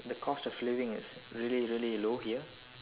the cost of living is really really low here